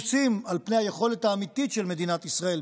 שפרוסה על פני היכולת האמיתית של מדינת ישראל,